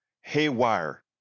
haywire